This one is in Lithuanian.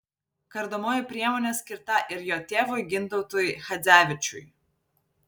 kardomoji priemonė skirta ir jo tėvui gintautui chadzevičiui